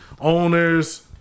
owners